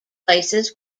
places